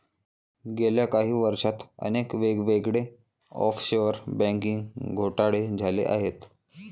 गेल्या काही वर्षांत अनेक वेगवेगळे ऑफशोअर बँकिंग घोटाळे झाले आहेत